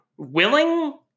Willing